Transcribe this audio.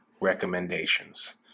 recommendations